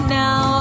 now